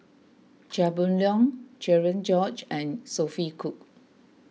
Chia Boon Leong Cherian George and Sophia Cooke